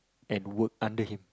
and work under him